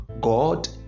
God